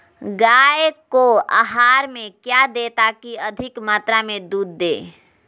गाय को आहार में क्या दे ताकि अधिक मात्रा मे दूध दे?